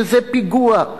שזה פיגוע,